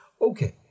Okay